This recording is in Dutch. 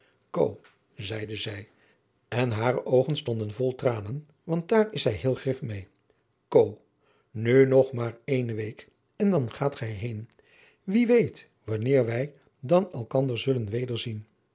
koo zeide zij en hare oogen stonden vol tranen want daar is zij heel grif meê koo nu nog maar eene week en dan gaat gij heen wie weet wanneer wij dan elkander zullen